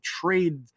trade